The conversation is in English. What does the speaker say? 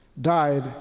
died